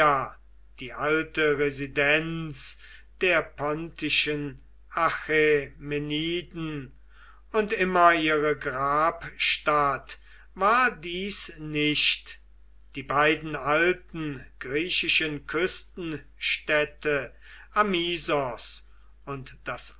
die alte residenz der pontischen achämeniden und immer ihre grabstadt war dies nicht die beiden alten griechischen küstenstädte amisos und das